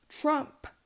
Trump